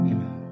Amen